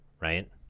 Right